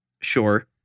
Sure